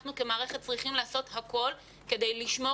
אנחנו כמערכת צריכים לעשות הכול כדי לשמור